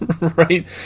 Right